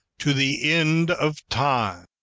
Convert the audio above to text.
to the end of time.